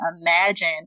imagine